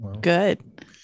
good